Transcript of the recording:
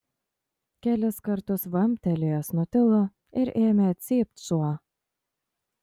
kelis kartus vamptelėjęs nutilo ir ėmė cypt šuo